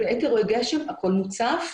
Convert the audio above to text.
בזמן גשם, הכול מוצף.